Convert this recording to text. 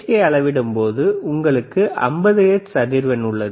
யை அளவிடும்போது உங்களுக்கு 50 ஹெர்ட்ஸ் அதிர்வெண் உள்ளது